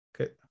Okay